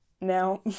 Now